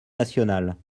nationale